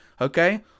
Okay